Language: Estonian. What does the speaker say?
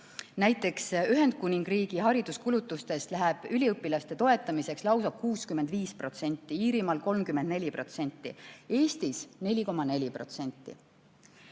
Näiteks Ühendkuningriigi hariduskulutustest läheb üliõpilaste toetamiseks lausa 65%, Iirimaal 34%, Eestis 4,4%.